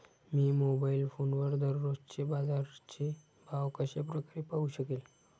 मी mobile फोनवर दररोजचे बाजाराचे भाव कशा प्रकारे पाहू शकेल?